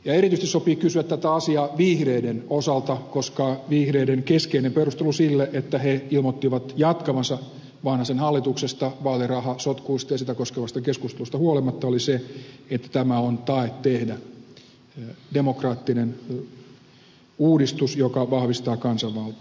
erityisesti sopii kysyä tätä asiaa vihreiden osalta koska vihreiden keskeinen perustelu sille että he ilmoittivat jatkavansa vanhasen hallituksessa vaalirahasotkuista ja sitä koskevasta keskustelusta huolimatta oli se että tämä on tae tehdä demokraattinen uudistus joka vahvistaa kansanvaltaa